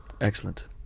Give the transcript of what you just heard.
Excellent